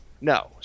No